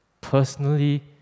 personally